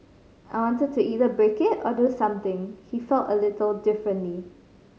I wanted to either break it or do something he felt a little differently